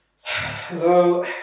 Hello